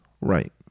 Right